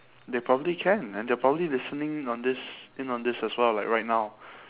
they probably can and they're probably listening in on this in on this as well like right now